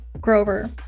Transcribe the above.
Grover